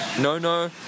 no-no